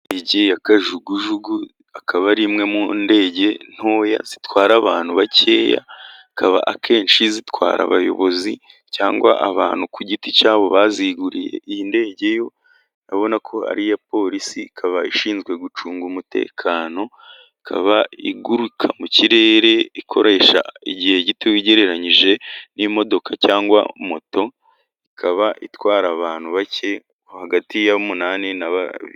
Indege ya kajugujugu akaba ari imwe mu ndege ntoya zitwara abantu bakeya. Akenshi zitwara abayobozi cyangwa abantu ku giti cyabo baziguriye. Iyi ndege ubona ko ari iya polisi, ikaba ishinzwe gucunga umutekano, ikaba iguruka mu kirere ikoresha igihe gito ugereranyije n'imodoka cyangwa moto, ikaba itwara abantu bake hagati ya munani na barindwi.